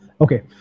Okay